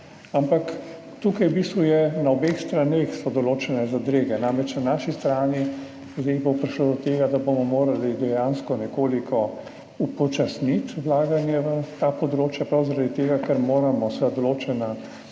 ampak tukaj so v bistvu na obeh straneh določene zadrege, namreč na naši strani bo zdaj prišlo do tega, da bomo morali dejansko nekoliko upočasniti vlaganje v ta področja prav zaradi tega, ker moramo seveda